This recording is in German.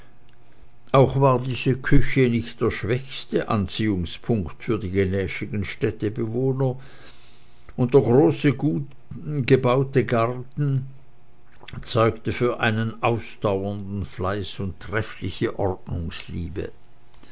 auch war diese küche nicht der schwächste anziehungspunkt für die genäschigen städtebewohner und der große gutbebaute garten zeugte für einen ausdauernden fleiß und treffliche ordnungsliebe